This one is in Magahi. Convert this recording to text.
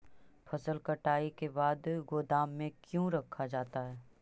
फसल कटाई के बाद गोदाम में क्यों रखा जाता है?